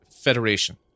Federation